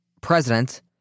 president